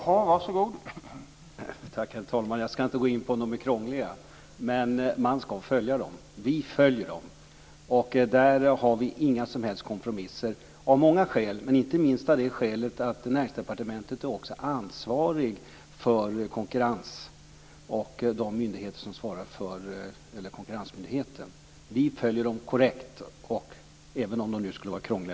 Herr talman! Jag ska inte gå in på om de är krångliga, men man ska följa dem. Vi följer dem. Där har vi inga som helst kompromisser. Av många skäl, men inte minst av det skälet att Näringsdepartementet också är ansvarigt för konkurrensmyndigheten, följer vi dem korrekt, även om de nu skulle vara krångliga.